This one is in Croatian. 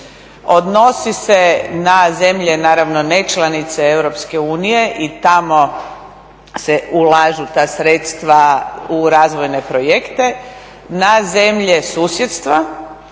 Odnosi se na zemlje, naravno nečlanice EU i tamo se ulažu ta sredstva u razvojne projekte, na zemlje susjedstva